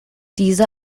diese